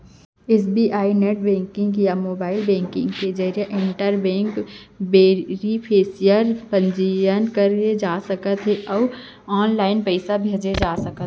SBI net banking या mobile banking के जरिए इंटर बेंक बेनिफिसियरी पंजीयन करे जा सकत हे अउ ऑनलाइन पइसा भेजे जा सकत हे